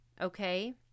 Okay